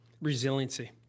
resiliency